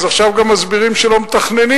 עכשיו גם מסבירים שלא מתכננים,